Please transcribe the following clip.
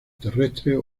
terrestres